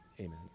Amen